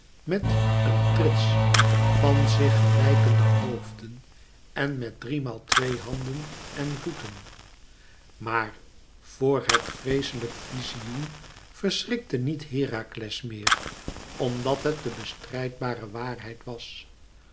met een trits van zich gelijkende hoofden en met driemaal twee handen en voeten maar voor het vreeslijk vizioen verschrikte niet herakles meer omdat het de bestrijdbare waarheid was